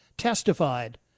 testified